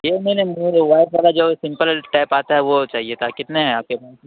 یہ نہیں نہیں وائٹ والا جو سمپل ٹیپ آتا ہے وہ چاہیے تھا کتنے ہیں آپ کے پاس